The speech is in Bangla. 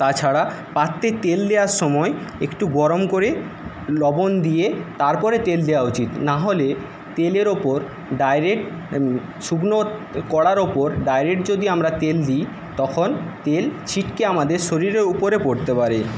তাছাড়া পাত্রে তেল দেওয়ার সময় একটু গরম করে লবন দিয়ে তারপরে তেল দেওয়া উচিত নাহলে তেলের ওপর ডাইরেক্ট শুকনো কড়ার ওপর ডাইরেক্ট যদি আমরা তেল দিই তখন তেল ছিটকে আমাদের শরীরের উপরে পড়তে পারে